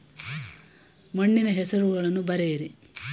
ಮಣ್ಣಿನ ಹೆಸರುಗಳನ್ನು ಬರೆಯಿರಿ